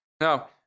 Now